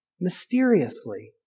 mysteriously